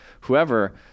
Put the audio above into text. whoever